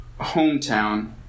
hometown